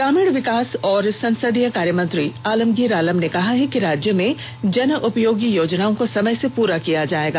ग्रामीण विकास एवं संसदीय कार्य मंत्री आलमगीर आलम ने कहा है कि राज्य में जन उपयोगी योजनाओं को समय से पूरा किया जाएगा